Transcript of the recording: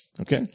Okay